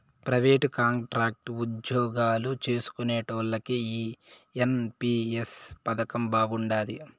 private, contract ఉజ్జోగాలు చేస్కునేటోల్లకి ఈ ఎన్.పి.ఎస్ పదకం బాగుండాది